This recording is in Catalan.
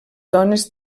dones